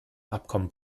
abkommen